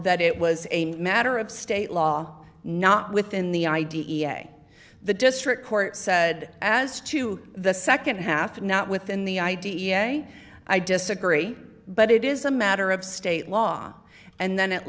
that it was a matter of state law not within the i d e a the district court said as to the nd half not within the i d e a i disagree but it is a matter of state law and then it